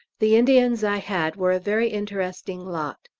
the indians i had were a very interesting lot.